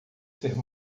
ser